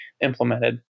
implemented